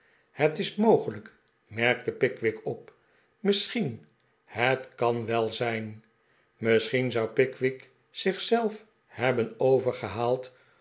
het is mogelijk merkte pickwick op misschien het kan wel zijn misschien zou pickwick zich zelf hebben